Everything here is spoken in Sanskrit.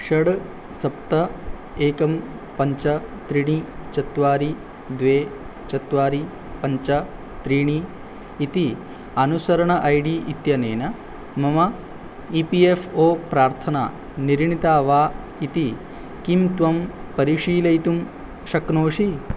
षड् सप्त एकं पञ्च त्रीणि चत्वारि द्वे चत्वारि पञ्च त्रीणि इति अनुसरण ऐडी इत्यनेन मम ई पी एफ़् ओ प्रार्थना निर्णीता वा इति किं त्वं परिशीलयितुं शक्नोषि